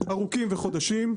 ארוכים וחודשים,